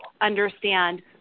understand